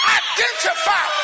identify